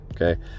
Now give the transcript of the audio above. Okay